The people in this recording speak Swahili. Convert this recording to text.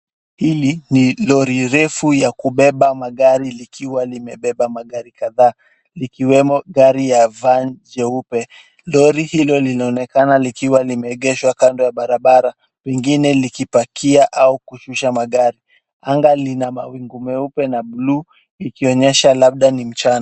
Hii ni lori refu ya kubeba magari likiwa nimebeba magari kadhaa. Likiwemo gari ya van jeupe, lori hilo linaonekana likiwa limegeshwa kando ya barabara. Wengine likipakia au kushusha magari. Anga lina mawingu meupe na bluu likionyesha labda ni mchana.